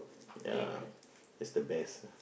ya is the best